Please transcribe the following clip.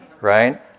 right